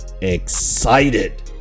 excited